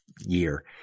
year